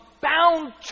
bound